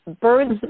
Birds